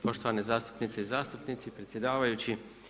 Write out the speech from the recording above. Poštovane zastupnice i zastupnici, predsjedavajući.